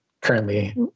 Currently